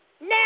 now